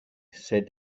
said